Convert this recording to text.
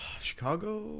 Chicago